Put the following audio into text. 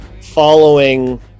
following